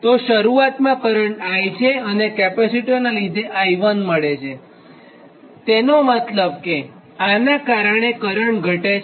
તો શરૂઆતમાં current I છે અને કેપેસિટરનાં લીધે I1 મળે છે તેનો મતલબ કે આના કારણે કરંટ ઘટે છે